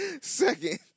second